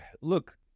look